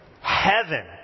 heaven